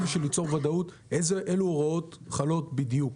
גם כדי ליצור ודאות, אילו הוראות חלות בדיוק.